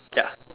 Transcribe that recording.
ya